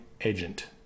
agent